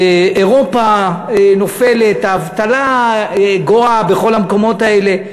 אירופה נופלת, האבטלה גואה בכל המקומות האלה.